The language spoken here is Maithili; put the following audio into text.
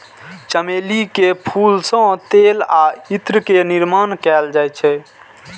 चमेली के फूल सं तेल आ इत्र के निर्माण कैल जाइ छै